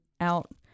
out